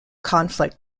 conflict